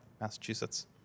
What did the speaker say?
Massachusetts